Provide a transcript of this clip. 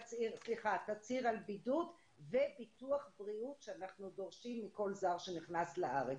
תצהיר על בידוד וביטוח בריאות שאנחנו דורשים מכל זר שנכנס לארץ.